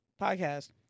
podcast